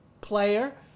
player